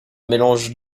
mélange